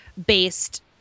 based